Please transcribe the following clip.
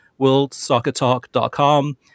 worldsoccertalk.com